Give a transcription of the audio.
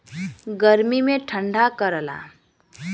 गर्मी मे ठंडा करला